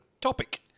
topic